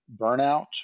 burnout